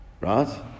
right